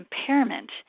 impairment